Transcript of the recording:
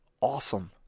awesome